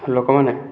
ଲୋକମାନେ